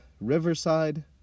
Riverside